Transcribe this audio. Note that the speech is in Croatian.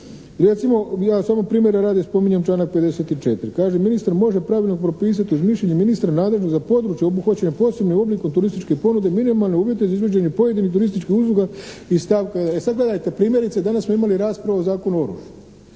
Recimo, ja samo primjera radi, spominjem članak 54. Kaže, ministar može pravilnikom propisati uz mišljenje ministra nadležnog za područje obuhvaćeno posebnim oblikom turističke ponude minimalne uvjete za izvođenje pojedinih turističkih usluga iz stavka. E sad gledajte. Primjerice danas smo imali raspravu o Zakonu o